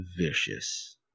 Vicious